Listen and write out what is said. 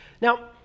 Now